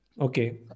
Okay